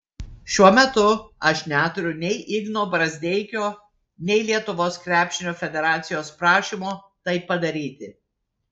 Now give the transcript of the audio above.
šiuo metu aš neturiu nei igno brazdeikio nei lietuvos krepšinio federacijos prašymo tai padaryti